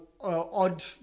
Odd